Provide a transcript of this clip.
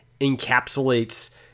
encapsulates